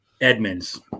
Edmonds